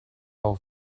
auch